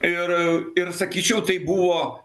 ir ir sakyčiau tai buvo